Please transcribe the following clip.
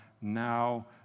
now